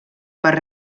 per